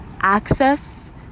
access